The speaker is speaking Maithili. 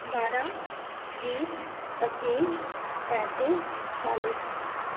बारह बीस पचीस पैंतीस चालीस